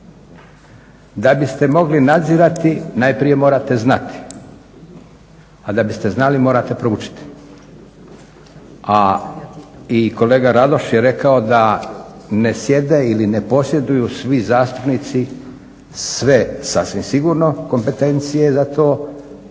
Da biste mogli nadzirati najprije morate znati, a da biste znali morate proučiti. A i kolega Radoš je rekao da ne sjede ili ne posjeduju svi zastupnici sve sasvim sigurno kompetencije za to,